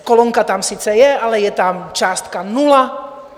Kolonka tam sice je, ale je tam částka nula.